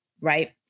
right